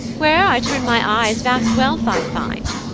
where'er i turn my eyes vast wealth i find,